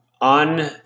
on